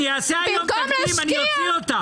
אני אעשה היום תקדים, אני אוציא אותך.